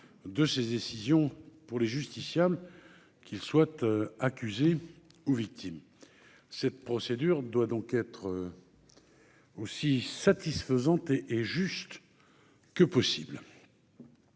de cette décision pour les justiciables qui le souhaitent, accusée ou victime cette procédure doit donc être aussi satisfaisante et et, juste que possible.